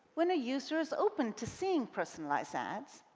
when a user is open to seeing personalized ads,